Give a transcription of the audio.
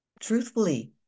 Truthfully